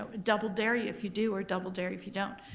but double dare you if you do or double dare you if you don't.